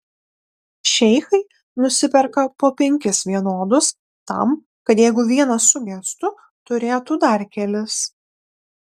šeichai nusiperka po penkis vienodus tam kad jeigu vienas sugestų turėtų dar kelis